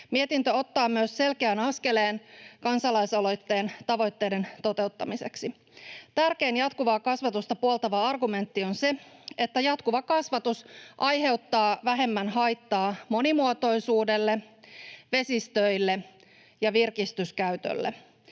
Mietintö ottaa myös selkeän askeleen kansalaisaloitteen tavoitteiden toteuttamiseksi. Tärkein jatkuvaa kasvatusta puoltava argumentti on se, että jatkuva kasvatus aiheuttaa vähemmän haittaa monimuotoisuudelle, vesistöille ja virkistyskäytölle.